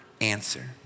answer